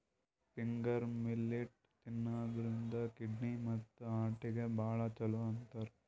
finger millet ತಿನ್ನದ್ರಿನ್ದ kidney ಮತ್ತ್ ಹಾರ್ಟಿಗ್ ಭಾಳ್ ಛಲೋ ಅಂತಾರ್